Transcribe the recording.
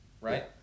Right